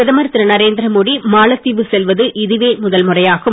பிரதமர் திரு நரேந்திரமோடி மாலத்தீவு செல்வது இதுவே முதல் முறையாகும்